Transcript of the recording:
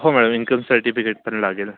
हो ma'am income certificate पण लागेल